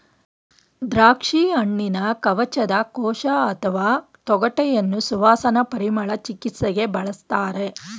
ದ್ರಾಕ್ಷಿಹಣ್ಣಿನ ಕವಚದ ಕೋಶ ಅಥವಾ ತೊಗಟೆಯನ್ನು ಸುವಾಸನಾ ಪರಿಮಳ ಚಿಕಿತ್ಸೆಗೆ ಬಳಸ್ತಾರೆ